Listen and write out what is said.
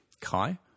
Kai